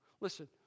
Listen